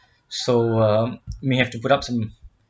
so um may have to put up some